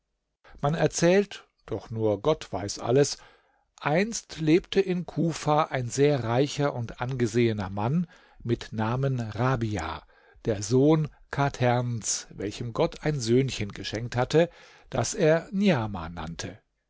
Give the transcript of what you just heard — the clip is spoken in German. weiß alles einst lebte in kufa ein sehr reicher und angesehener mann mit namen rabia der sohn chaterns welchem gott ein söhnchen geschenkt hatte das er niamah nannte